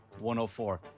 104